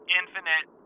infinite